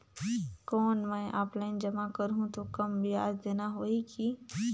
कौन मैं ऑफलाइन जमा करहूं तो कम ब्याज देना होही की?